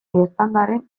eztandaren